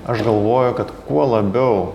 aš galvoju kad kuo labiau